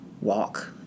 walk